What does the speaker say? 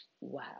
Wow